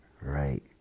Right